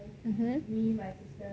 hmm hmm